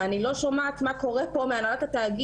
ואני לא שומעת מה קורה פה מהנהלת התאגיד,